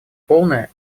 полное